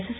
എ്എസ്